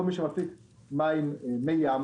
כל מי שמפיק מי ים